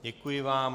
Děkuji vám.